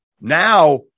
now